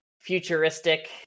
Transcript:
futuristic